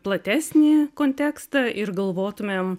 platesnį kontekstą ir galvotumėm